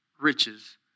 riches